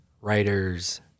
writers